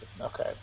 okay